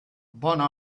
bona